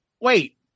Wait